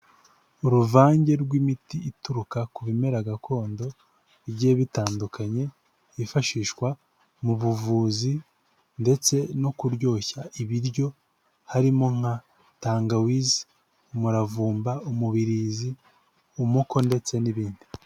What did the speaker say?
Uruvange rw'imiti ituruka ku bimera gakondo bigiye bitandukanye, byifashishwa mu buvuzi ndetse no kuryoshya ibiryo, harimo nka tangawize umuravumba, umubirizi, umuko ndetse n'ibindi.